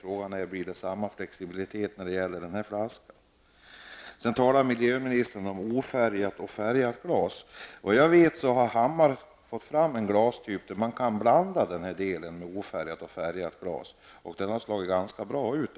Frågan är om det blir samma flexibilitet när det gäller den här flaskan. Miljöministern talar också om ofärgat och färgat glas. Vad jag vet har Hammar fått fram en glastyp i vilken man kan blanda ofärgat och färgat glas, och den har tydligen slagit ganska väl ut.